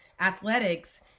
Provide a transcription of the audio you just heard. athletics